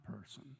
person